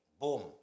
boom